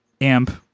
amp